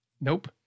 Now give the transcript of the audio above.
Nope